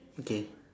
okay